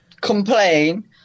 complain